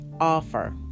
offer